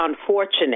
unfortunate